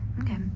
Okay